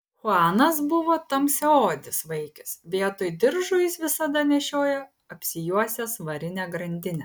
chuanas buvo tamsiaodis vaikis vietoj diržo jis visada nešiojo apsijuosęs varinę grandinę